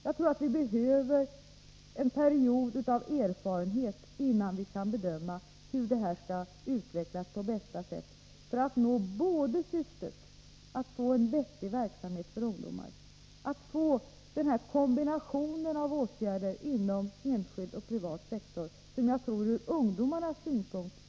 Jag tror att vi behöver en period då vi skaffar oss erfarenhet, innan vi kan bedöma hur detta skall utvecklas på bästa sätt för att vi skall uppnå syftet att både skapa en vettig verksamhet för ungdomarna och göra det i den kombination av enskild och privat sektor som jag tror är den bästa ur ungdomarnas synpunkt.